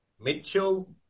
Mitchell